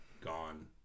gone